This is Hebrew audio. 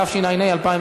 התשע"ה 2015